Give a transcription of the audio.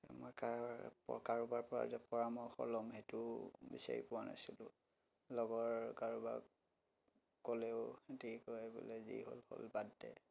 এতিয়া মই কাৰ কাৰোবাৰ পৰা যে পৰামৰ্শ ল'ম সেইটোও বিচাৰি পোৱা নাছিলোঁ লগৰ কাৰোবাক ক'লেও সিহঁতি কয় বোলে যি হ'ল হ'ল বাদ দে